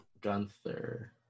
Gunther